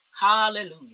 Hallelujah